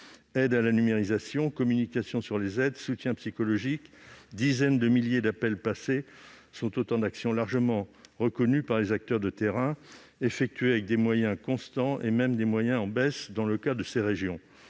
Aides à la numérisation, communication sur les aides, soutien psychologique, dizaines de milliers d'appels passés sont autant d'actions largement reconnues par les acteurs de terrain et menées avec des moyens constants, voire en baisse dans certaines régions.